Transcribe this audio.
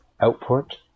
output